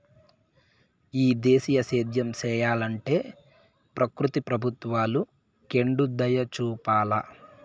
ఈ దేశీయ సేద్యం సెయ్యలంటే ప్రకృతి ప్రభుత్వాలు కెండుదయచూపాల